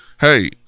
hey